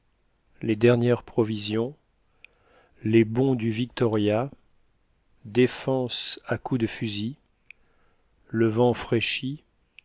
baisse les dernières provisions les bonds du victoria défense à coups de fusil le vent fraîchit